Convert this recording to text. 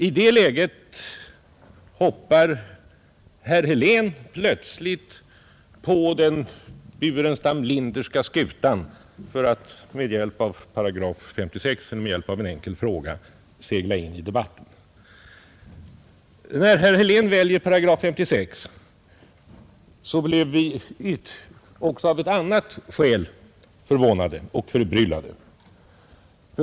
I det läget hoppar herr Helén plötsligt genom en enkel fråga på den Burenstam Linderska skutan för att med hjälp av § 56 segla in i debatten. När herr Helén valde § 56 blev vi också av ett annat skäl förvånade och förbryllade.